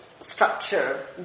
structure